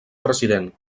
president